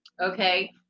Okay